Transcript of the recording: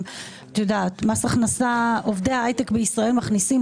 היא, אגף תקציבים, בנק ישראל,